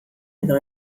edo